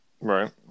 right